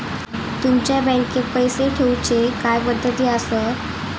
तुमच्या बँकेत पैसे ठेऊचे काय पद्धती आसत?